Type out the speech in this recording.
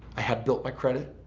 i have built my credit,